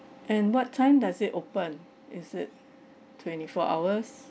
and what time does it open is it twenty four hours